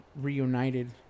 reunited